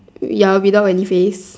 ya without any face